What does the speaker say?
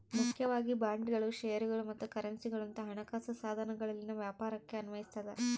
ಮುಖ್ಯವಾಗಿ ಬಾಂಡ್ಗಳು ಷೇರುಗಳು ಮತ್ತು ಕರೆನ್ಸಿಗುಳಂತ ಹಣಕಾಸು ಸಾಧನಗಳಲ್ಲಿನ ವ್ಯಾಪಾರಕ್ಕೆ ಅನ್ವಯಿಸತದ